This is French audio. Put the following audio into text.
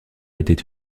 était